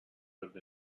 lived